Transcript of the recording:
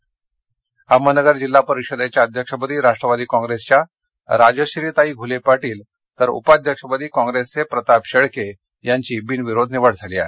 अहमदनगर अहमदनगर जिल्हा परिषदेच्या अध्यक्षपदी राष्ट्रवादी कॉप्रेसच्या राजश्रीताई घुले पाटील तर उपाध्यक्षपदी कॉप्रेसचे प्रताप शेळके यांची बिनविरोध निवड झाली आहे